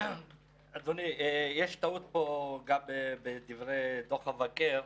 אדוני, יש טעות פה בדוח המבקר.